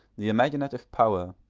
the imaginative power,